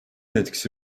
etkisi